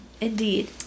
Indeed